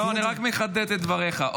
אני רק מחדד את דבריך.